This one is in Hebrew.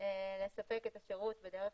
לספק את השירות בדרך